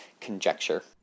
conjecture